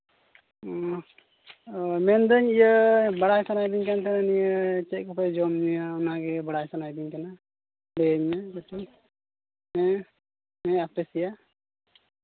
ᱦᱮᱸ ᱢᱮᱱᱫᱟᱹᱧ ᱤᱭᱟᱹ ᱵᱟᱲᱟᱭ ᱥᱟᱱᱟᱭᱤᱫᱤᱧ ᱠᱟᱱ ᱛᱟᱦᱮᱱᱟᱜ ᱱᱤᱭᱟᱹ ᱪᱮᱫ ᱠᱚᱯᱮ ᱡᱚᱢᱼᱧᱩᱭᱟ ᱚᱱᱟ ᱜᱮ ᱵᱟᱲᱟᱭ ᱥᱟᱱᱟᱭᱤᱫᱤᱧ ᱠᱟᱱᱟ ᱞᱟᱹᱭ ᱢᱮ ᱵᱚᱨᱪᱚᱝ ᱦᱮᱸ ᱟᱯᱮ ᱥᱮᱭᱟᱜ